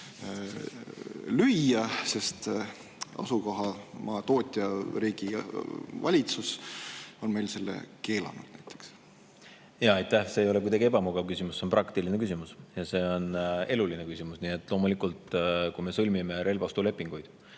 lüüa, sest tootjariigi valitsus on meile selle keelanud? Aitäh! See ei ole kuidagi ebamugav küsimus, see on praktiline küsimus ja see on eluline küsimus. Loomulikult, kui me sõlmime relvaostulepinguid,